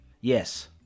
Yes